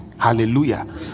Hallelujah